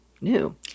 new